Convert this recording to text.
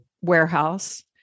warehouse